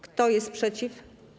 Kto jest przeciw?